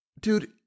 Dude